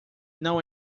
não